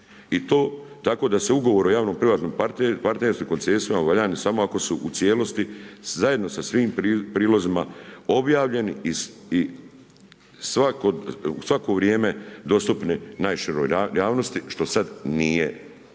I to tako da se ugovor o javnom privatnom partnerstvu koncesijama, valjani samo ako su u cijelosti zajedno sa svim prilozima objavljeni i u svako vrijeme dostupni najširoj javnosti, što sad nije.